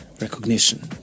recognition